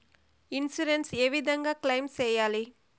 Insurance ఏ విధంగా claim సేయాలి?